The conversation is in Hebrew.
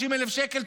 150,000 שקל,